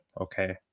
okay